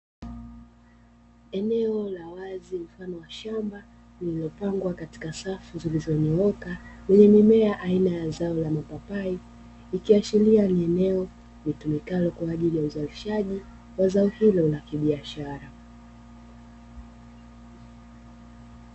Eneo la wazi mfano wa shamba lililopangwa katika safu zilizonyooka lenye mimea aina ya zao la mapapai, ikiashiria ni eneo litumikalo kwa ajili ya uzalishaji wa zao hilo la kibiashara.